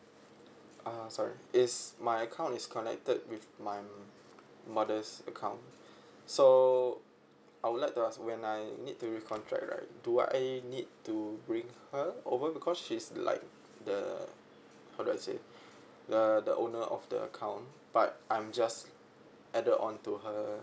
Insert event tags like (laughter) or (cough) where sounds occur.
uh sorry it's my account is connected with my mother's account (breath) so I would like to ask when I need to re-contract right do I need to bring her over because she's like the how do I say (breath) the the owner of the account but I'm just added on to her